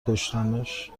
کشتمش